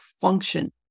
function